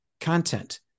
content